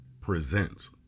presents